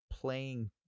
playing